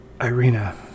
Irina